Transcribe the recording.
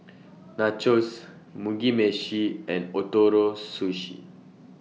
Nachos Mugi Meshi and Ootoro Sushi